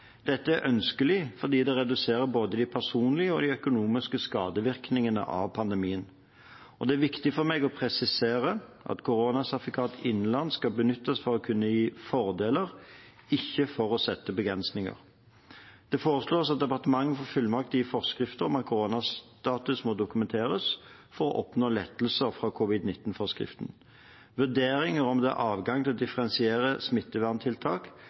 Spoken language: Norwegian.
Dette er ønskelig fordi det reduserer både de personlige og de økonomiske skadevirkningene av pandemien. Det er viktig for meg å presisere at koronasertifikat innenlands skal benyttes for å kunne gi fordeler, ikke for å sette begrensninger. Det foreslås at departementet får fullmakt i forskrifter om at koronastatus må dokumenteres for å oppnå lettelser fra covid-19-forskriften. Vurderinger av om det er adgang til å differensiere smitteverntiltak,